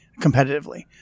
competitively